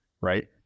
right